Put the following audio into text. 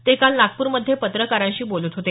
ते काल नागपूरमध्ये पत्रकारांशी बोलत होते